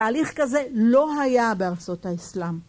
תהליך כזה לא היה בארצות האסלאם.